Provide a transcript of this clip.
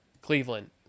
Cleveland